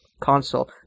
console